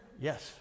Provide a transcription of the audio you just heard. Yes